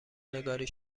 نگاری